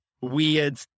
weird